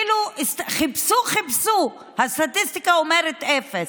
חיפשו, חיפשו, הסטטיסטיקה אומרת אפס,